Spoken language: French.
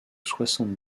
soixante